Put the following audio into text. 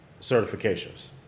certifications